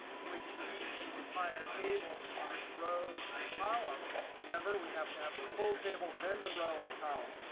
which is the entire table with rows and columns, remember we have to have the full table then the row and column.